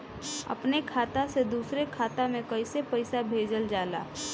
अपने खाता से दूसरे के खाता में कईसे पैसा भेजल जाला?